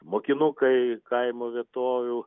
mokinukai kaimo vietovių